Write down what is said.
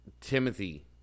Timothy